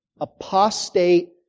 apostate